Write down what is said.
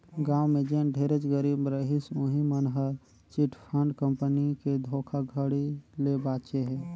गाँव में जेन ढेरेच गरीब रहिस उहीं मन हर चिटफंड कंपनी के धोखाघड़ी ले बाचे हे